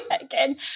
again